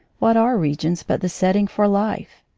what are regions but the setting for life?